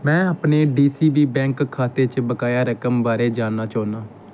में अपने D C B bank खाते च बकाया रकम बारै जानना चाह्न्नां